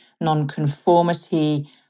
nonconformity